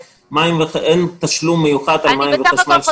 אין תשלום מיוחד על מים וחשמל ש --- אני